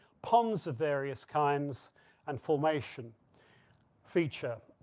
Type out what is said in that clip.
ponds of various kinds and formation feature,